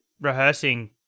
rehearsing